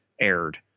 aired